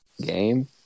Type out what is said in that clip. game